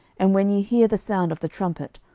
and when ye hear the sound of the trumpet,